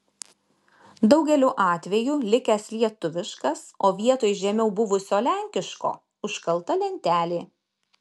daugeliu atveju likęs lietuviškas o vietoj žemiau buvusio lenkiško užkalta lentelė